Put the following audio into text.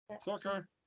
Soccer